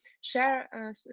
share